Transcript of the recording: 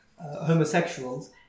homosexuals